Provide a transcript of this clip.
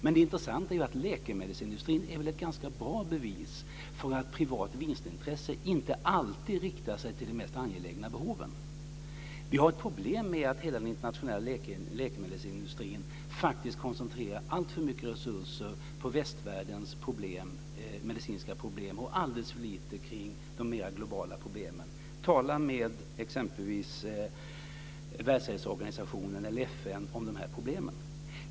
Men det intressanta är att läkemedelsindustrin är ett ganska bra bevis för att privat vinstintresse inte alltid riktar sig till de mest angelägna behoven. Vi har problem med att hela den internationella läkemedelsindustrin koncentrerar alltför mycket resurser på västvärldens medicinska problem och alldeles för lite på de mer globala problemen. Tala med exempelvis Världshälsoorganisationen eller FN om de här problemen.